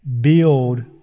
build